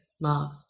love